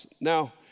Now